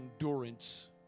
endurance